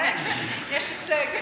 יש הישג.